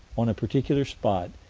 on a particular spot,